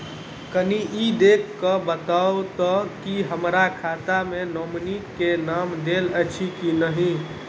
कनि ई देख कऽ बताऊ तऽ की हमरा खाता मे नॉमनी केँ नाम देल अछि की नहि?